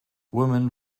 woman